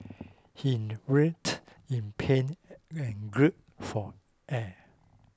he writhed in pain and group for air